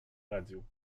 radio